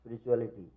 spirituality